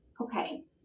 Okay